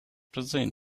present